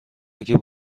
اگه